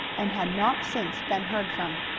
and had not since been heard from.